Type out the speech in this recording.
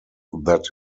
that